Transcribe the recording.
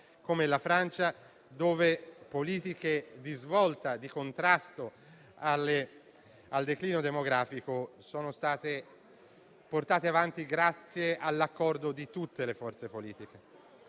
come la Francia, dove politiche di svolta e di contrasto al declino demografico sono state portate avanti grazie all'accordo di tutte le forze politiche.